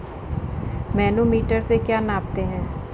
Manometer से क्या नापते हैं?